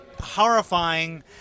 horrifying